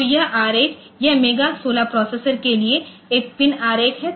तो यह आरेख यह मेगा 16 प्रोसेसर के लिए एक पिन आरेख है